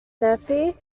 nephi